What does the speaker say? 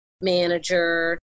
manager